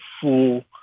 full